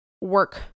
work